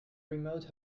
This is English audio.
remote